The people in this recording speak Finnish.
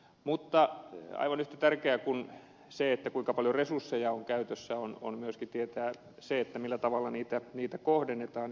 mutta aivan yhtä tärkeää kuin se kuinka paljon resursseja on käytössä on myöskin tietää se millä tavalla niitä kohdennetaan